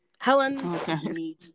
Helen